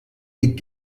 des